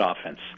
offense